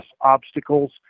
obstacles